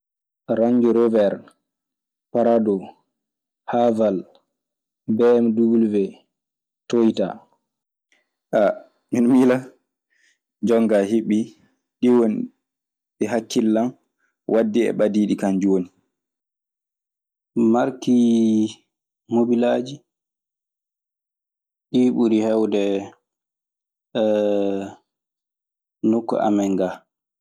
Range rovwer, prado, haval, bmw, toyota. miɗe miila jonkaa hiɓɓii. Ɗii woni ɗi hakkille an waddi e ɓadiiɗe kan jooni. Marki mobelaaji, ɗii ɓuri heewde nokku amen gaa.